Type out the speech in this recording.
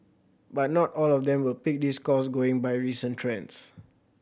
but not all of them will pick this course going by recent trends